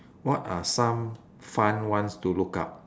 what are some fun ones to look up